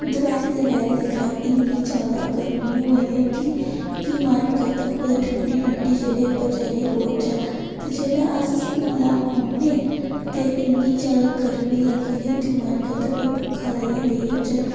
दपैह्री दपैह्री दिक्खी लैओ इन्नी जादा गर्मी होआ दी होंदी कि मन करदा कुतै ठंडी ठंडी जगह् उप्पर जाइयै बौह्चै ते जेल्लै अस स्कूलै औन्ने ते इन्नी जादा गर्मी लग्गी दी होंदी मन करदा कुतै पक्खा लाइयै बेही जाचै